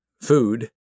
Food